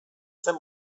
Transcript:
zen